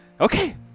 okay